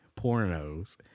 pornos